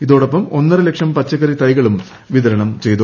ഇതോടൊപ്പം ഒന്നരലക്ഷം പച്ചക്കറി തൈകളും വിതരണം ചെയ്തു